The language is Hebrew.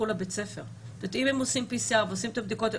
לבית ספר אם הם עושים PCR ועושים את הבדיקות.